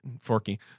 Forky